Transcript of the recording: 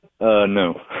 No